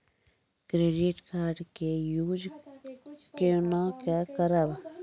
Credit card के use कोना के करबऽ?